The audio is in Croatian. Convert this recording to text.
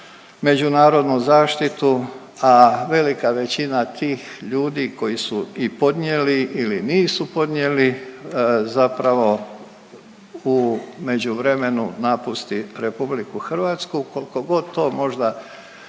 međunarodnu zaštitu, a velika većina tih ljudi koji su i podnijeli ili nisu podnijeli zapravo u međuvremenu napusti RH koliko god to možda